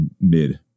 mid